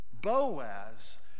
Boaz